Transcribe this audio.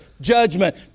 judgment